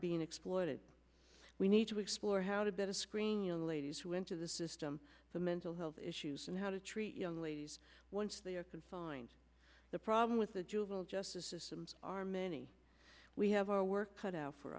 being exploited we need to explore how to better screening young ladies who enter the system for mental health issues and how to treat young ladies once they are confined the problem with the juvenile justice system are many we have our work cut out for